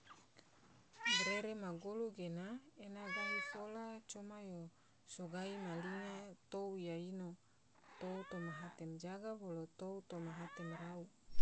Bairere ge ma golu gena ena gahi fola coma yo so gahi ena ma linga tou iya ino tou toma hate majaga bolo tou toma hate marau.